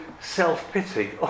self-pity